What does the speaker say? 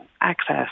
access